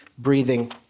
breathing